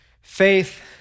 faith